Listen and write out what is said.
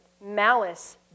malice